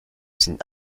sind